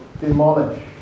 demolish